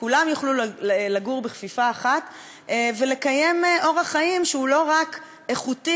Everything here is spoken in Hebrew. כולם יוכלו לגור בכפיפה אחת ולקיים אורח חיים שהוא לא רק איכותי,